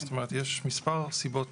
זאת אומרת יש מספר סיבות